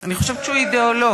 אני חושבת שהוא אידיאולוג.